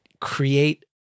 create